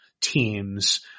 teams